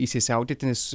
įsisiautėti nes